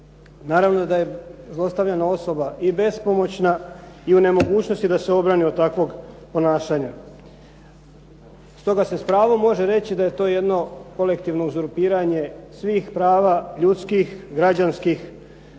Naravno da je zlostavljana osoba i bespomoćna i u nemogućnosti da se obrani od takvog ponašanja. Stoga se s pravom može reći da je to jedno kolektivno uzurpiranje svih prava ljudskih, građanskih,